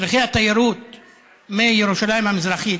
מדריכי התיירות מירושלים המזרחית,